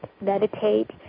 meditate